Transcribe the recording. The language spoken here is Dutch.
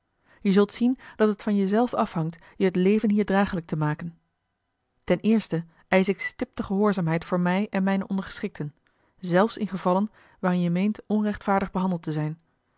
je zult zien dat het van je zelf afhangt je het leven hier dragelijk te maken ten eerste eisch ik stipte gehoorzaamheid voor mij en mijne ondergeschikten zelfs in gevallen waarin je meent onrechtvaardig behandeld te zijn